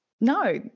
no